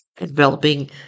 developing